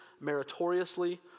meritoriously